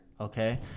okay